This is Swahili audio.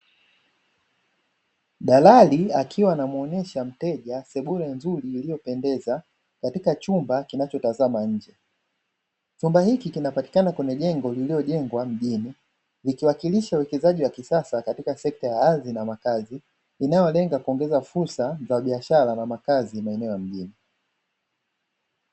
Dalali akiwa anamuonyesha mteja sebule nzuri iliyopendeza katika chumba kinachotazama nje, chumba hiki kinapatikana kwenye jengo lililojengwa mjini ikiwakilisha uwekezaji wa kisasa katika sekta ya ardhi na makazi inayolenga kuongeza fursa za biashara na makazi maeneo ya mjini.